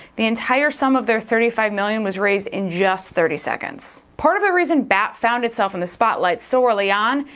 the entire sum of their thirty five million was raised in just thirty seconds. part of the reason bat found itself in the spotlight so early on,